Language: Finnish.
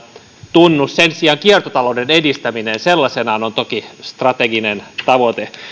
tunnu sen sijaan kiertotalouden edistäminen sellaisenaan on toki strateginen tavoite